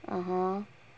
(uh huh)